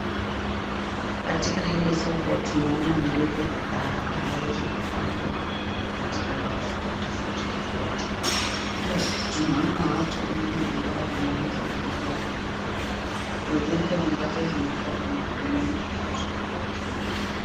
Katika hili soko tunaona ndizi kadhaa ambazo zimepangwa katika rafu tofauti tofauti. Pia tunaona watu wengi ambao wanauza na ambao wananunua mizigo ambazo zimeekwa kwa magunia tofauti tofauti.